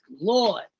Lord